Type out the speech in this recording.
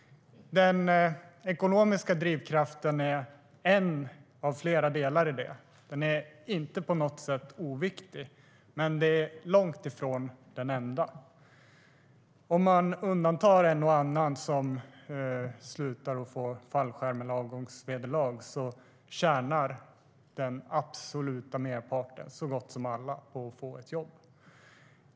Den ekonomiska drivkraften är en av flera delar i detta. Den är inte på något sätt oviktig, men den är långt ifrån den enda. Om man undantar en och annan som slutar sitt jobb och får fallskärm eller avgångsvederlag tjänar den absoluta merparten - så gott som alla - på att få ett jobb.